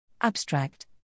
Abstract